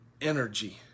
energy